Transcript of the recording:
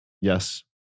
Yes